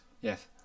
Yes